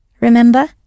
Remember